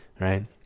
right